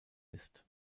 ist